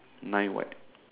nine white